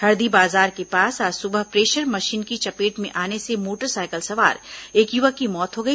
हरदीबाजार के पास आज सुबह प्रेशर मशीन की चपेट में आने से मोटरसाइकिल सवार एक युवक की मौत हो गई